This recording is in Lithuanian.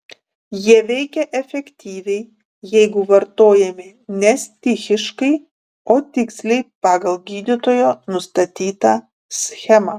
jie veikia efektyviai jeigu vartojami ne stichiškai o tiksliai pagal gydytojo nustatytą schemą